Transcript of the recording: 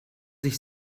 sich